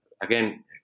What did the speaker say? again